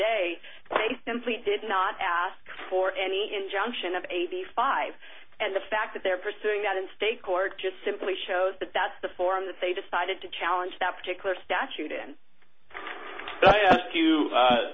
day they simply did not ask for any injunction of eighty five and the fact that they're pursuing that in state court just simply shows that that's the form that they decided to challenge that particular statute in i ask you